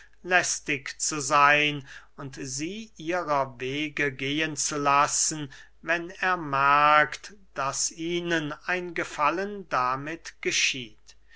lästig zu seyn und sie ihrer wege gehen zu lassen wenn er merkt daß ihnen ein gefallen damit geschieht